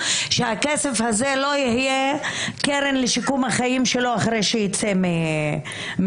שהכסף הזה לא יהיה קרן לשיקום החיים שלו אחרי שיצא מהכלא.